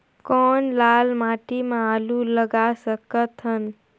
कौन लाल माटी म आलू लगा सकत हन?